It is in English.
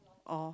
oh